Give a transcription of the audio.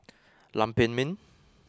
Lam Pin Min